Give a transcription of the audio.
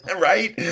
Right